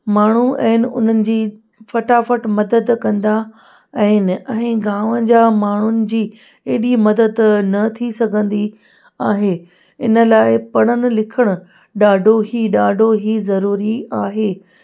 माण्हू आहिनि उन्हनि जी फटाफट मदद कंदा आहिनि ऐं गांव जा माण्हुनि जी एॾी मदद न थी सघंदी आहे इन लाइ पढ़णु लिखणु ॾाढो ई ॾाढो ई ज़रूरी आहे